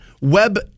web